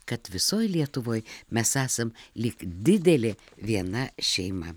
kad visoj lietuvoj mes esam lyg didelė viena šeima